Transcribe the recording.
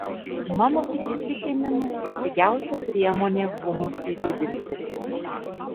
mano įsitikinimu tai pigiausia priemonė humusui didinti